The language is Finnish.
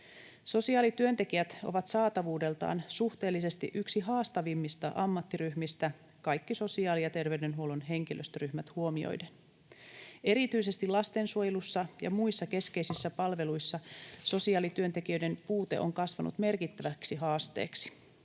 Sosiaalityöntekijät ovat saatavuudeltaan suhteellisesti yksi haastavimmista ammattiryhmistä kaikki sosiaali- ja terveydenhuollon henkilöstöryhmät huomioiden. Erityisesti lastensuojelussa ja muissa keskeisissä palveluissa sosiaalityöntekijöiden puute on kasvanut merkittäväksi haasteeksi.